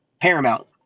paramount